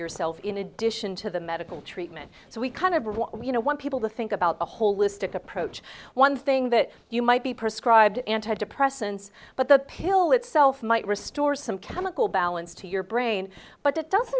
yourself in addition to the medical treatment so we kind of you know want people to think about a holistic approach one thing that you might be prescribed anti depressants but the pill itself might restore some chemical balance to your brain but it doesn't